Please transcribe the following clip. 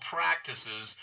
Practices